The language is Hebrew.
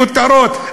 כותרות,